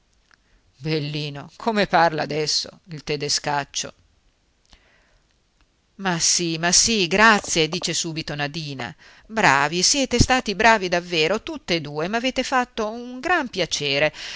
il tedescaccio ma sì ma sì grazie dice subito nadina bravi siete stati bravi davvero tutt'e due e m'avete fatto un gran piacere